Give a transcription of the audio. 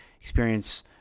experience